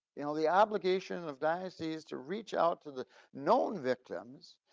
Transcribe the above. you know the obligation of dynasties to reach out to the known victims,